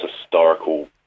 Historical